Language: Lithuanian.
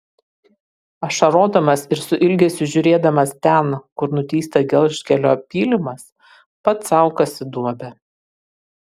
ašarodamas ir su ilgesiu žiūrėdamas ten kur nutįsta gelžkelio pylimas pats sau kasi duobę